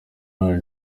none